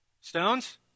Stones